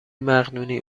مقدونی